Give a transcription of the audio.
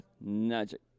Magic